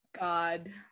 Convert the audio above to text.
God